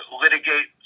litigate